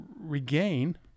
regain